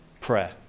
Prayer